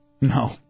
No